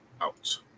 out